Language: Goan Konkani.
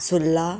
सुर्ला